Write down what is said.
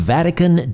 Vatican